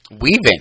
Weaving